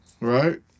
Right